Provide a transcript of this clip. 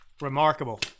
Remarkable